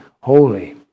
holy